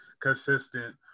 consistent